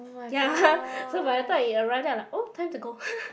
ya so by the time it arrive then I like oh time to go